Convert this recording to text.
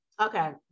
Okay